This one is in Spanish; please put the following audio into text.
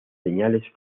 señales